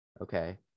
Okay